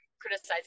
criticizing